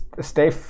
Stay